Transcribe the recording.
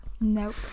Nope